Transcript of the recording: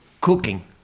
cooking